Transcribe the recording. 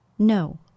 No